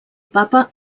papa